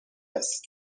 است